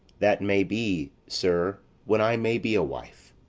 that may be, sir, when i may be a wife.